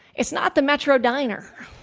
it's not the metro diner.